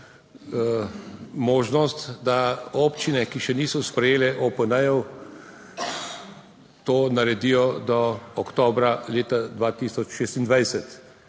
možnost, da občine, ki še niso sprejele OPN, to naredijo do oktobra leta 2026;